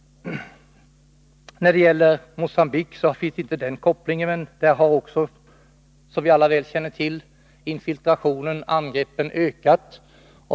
När det gäller Mogambique finns inte denna koppling. Men där har också, som vi väl känner till, infiltrationen och angreppen ökat.